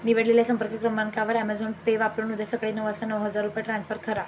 निवडलेल्या संपर्क क्रमांकावर ॲमेझॉन पे वापरून उद्या सकाळी नऊ वाजता नऊ हजार रुपये ट्रान्स्फर करा